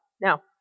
Now